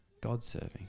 God-serving